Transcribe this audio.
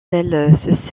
elle